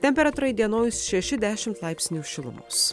temperatūra įdienojus šeši dešimt laipsnių šilumos